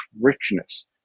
richness